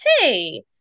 Hey